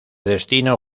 destino